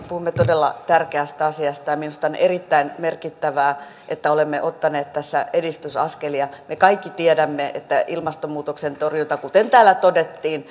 puhumme todella tärkeästä asiasta ja minusta on erittäin merkittävää että olemme ottaneet tässä edistysaskelia me kaikki tiedämme että ilmastonmuutoksen torjunta kuten täällä todettiin